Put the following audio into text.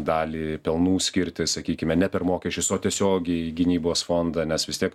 dalį pelnų skirti sakykime ne per mokesčius o tiesiogiai į gynybos fondą nes vis tiek